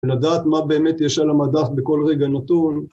ולדעת מה באמת יש על המדף בכל רגע נתון.